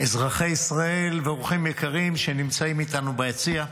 אזרחי ישראל ואורחים יקרים, שנמצאים איתנו ביציע,